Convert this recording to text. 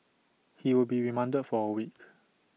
he will be remanded for A week